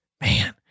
Man